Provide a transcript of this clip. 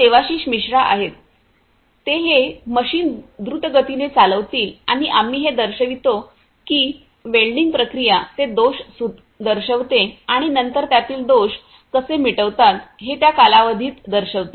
देवाशीष मिश्रा आहेत ते हे मशीन द्रुतगतीने चालवतील आणि आम्ही हे दर्शवितो की वेल्डिंग प्रक्रिया ते दोष दर्शविते आणि नंतर त्यातील दोष कसे मिटवतात हे त्या कालावधीत दर्शवते